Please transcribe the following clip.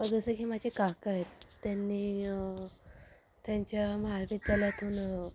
जसे की माझे काका आहेत त्यांनी त्यांच्या महाविद्यालयातून